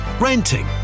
renting